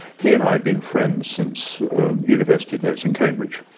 he and i had been friends since university days in cambridge.